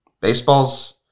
baseball's